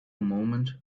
moment